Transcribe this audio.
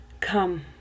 come